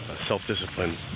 self-discipline